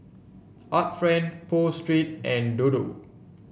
Art Friend Pho Street and Dodo